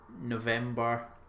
November